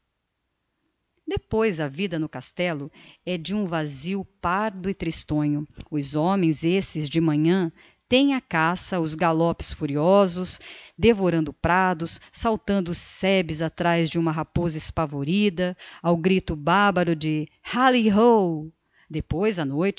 depois a vida do castello é de um vasio pardo e tristonho os homens esses de manhã teem a caça os galopes furiosos devorando prados saltando sebes atraz de uma raposa espavorida ao grito barbaro de hally hó depois á noite